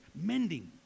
mending